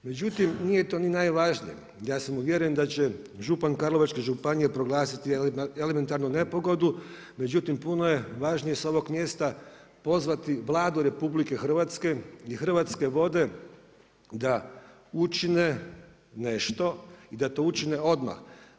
Međutim, nije to ni najvažnije, ja sam uvjeren da će župan Karlovačke županije proglasiti elementarnu nepogodu, međutim puno je važnije sa ovoga mjesta pozvati Vladu RH i Hrvatske vode učine nešto i da to učine odmah.